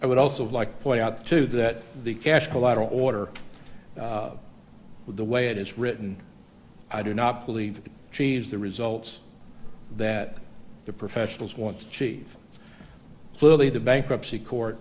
i would also like point out too that the cash collateral order with the way it is written i do not believe the results that the professionals want to achieve clearly the bankruptcy court